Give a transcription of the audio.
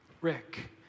Rick